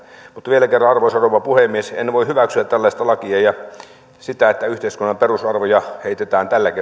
vielä kerran arvoisa rouva puhemies en voi hyväksyä tällaista lakia ja sitä että yhteiskunnan perusarvoja heitetään tällä keinoin